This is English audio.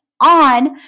on